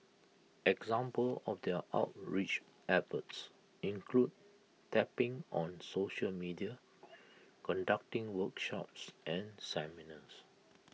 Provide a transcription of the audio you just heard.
example of their outreach efforts include tapping on social media conducting workshops and seminars